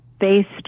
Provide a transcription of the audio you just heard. based